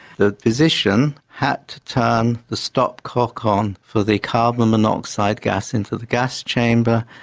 the physician had to turn the stop cock on for the carbon monoxide gas into the gas chamber.